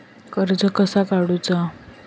कर्ज कसा काडूचा?